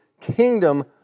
kingdom